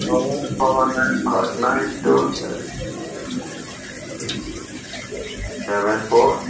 राव आं पवन नायक हय nine two seven four